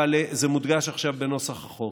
אבל זה מודגש עכשיו בנוסח החוק.